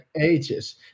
ages